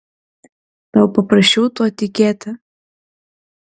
tau paprasčiau tuo tikėti